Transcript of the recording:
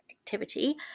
activity